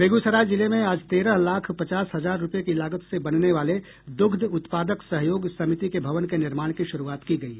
बेगूसराय जिले में आज तेरह लाख पचास हजार रूपये की लागत से बनने वाले दुग्ध उत्पादक सहयोग समिति के भवन के निर्माण की शुरूआत की गयी